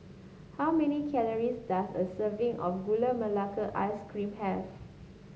how many calories does a serving of Gula Melaka Ice Cream have